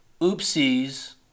oopsies